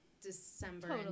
December